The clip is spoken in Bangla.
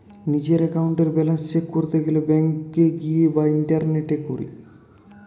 নিজের একাউন্টের ব্যালান্স চেক করতে গেলে ব্যাংকে গিয়ে বা ইন্টারনেটে করে